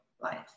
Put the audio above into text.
life